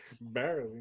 Barely